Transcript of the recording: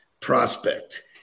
prospect